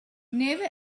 never